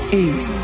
eight